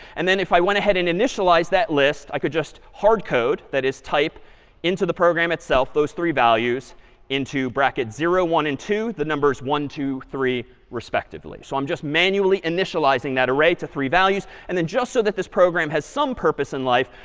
and then if i went ahead and initialized that list, i could just hard code that is type into the program itself those three values into bracket zero, one, and two the numbers one, two, three respectively. so i'm just manually initializing that array to three values. and then just so that this program has some purpose in life,